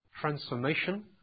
Transformation